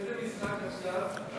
איזה משחק עכשיו?